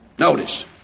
Notice